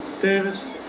Davis